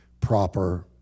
proper